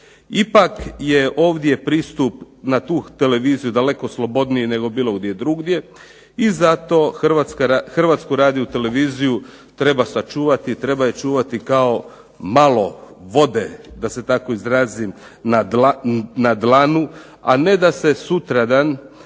Ipak je ovdje pristup na tu televiziju daleko slobodniji nego bilo gdje drugdje i zato Hrvatsku radio-televiziju treba sačuvati i treba je čuvati kao malo vode da se tako izrazim na dlanu, a ne da se sutradan